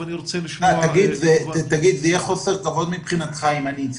זה יהיה חוסר כבוד מבחינתך אם אני אצא